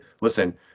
listen